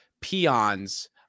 peons